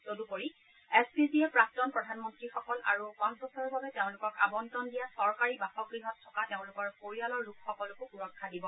তদুপৰি S P জিয়ে প্ৰাক্তন প্ৰধানমন্ত্ৰীসকল আৰু পাঁচ বছৰৰ বাবে তেওঁলোকক আৱণ্টন দিয়া চৰকাৰী বাসগৃহত থকা তেওঁলোকৰ পৰিয়ালৰ লোকসকলকো সুৰক্ষা দিব